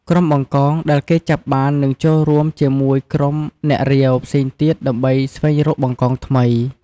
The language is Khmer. ក្រុមបង្កងដែលគេចាប់បាននឹងចូលរួមជាមួយក្រុម អ្នករាវ ផ្សេងទៀត ដើម្បីស្វែងរក បង្កងថ្មី។